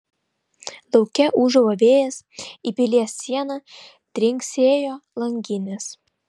lauke ūžavo vėjas į pilies sieną trinksėjo langinės